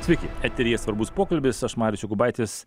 tik eteryje svarbus pokalbis aš marius jokūbaitis